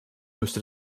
müsste